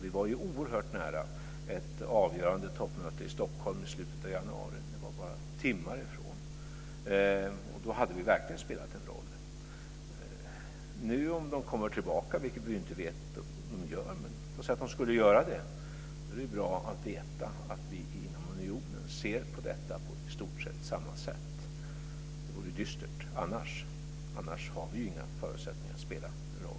Vi var oerhört nära ett avgörande toppmöte i Stockholm i januari. Det var bara timmar från det. Då hade vi verkligen spelat en roll. Om de nu kommer tillbaka - vilket vi inte vet om de gör, men låt oss säga att de gör det - är det bra att veta att vi inom unionen ser på detta på i stort sett samma sätt. Det vore dystert annars. Annars har vi inga förutsättningar att spela en roll.